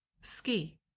ski